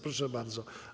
Proszę bardzo.